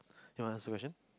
you want answer question